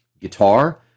guitar